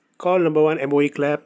call number one M_O_E clap